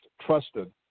trusted